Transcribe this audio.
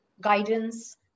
guidance